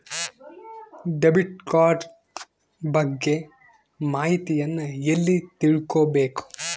Debit card ಬಗ್ಗೆ ಮಾಹಿತಿಯನ್ನ ಎಲ್ಲಿ ತಿಳ್ಕೊಬೇಕು?